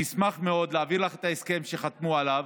אני אשמח מאוד להעביר לך את ההסכם שחתמו עליו.